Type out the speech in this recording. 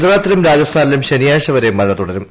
ഗുജറാത്തിലും രാജസ്ഥാനിലും ശനിയാഴ്ച വരെ മഴ തുടരും